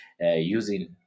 using